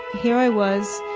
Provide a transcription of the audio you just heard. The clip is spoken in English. here i was,